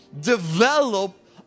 develop